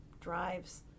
drives